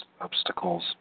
obstacles